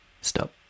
Stop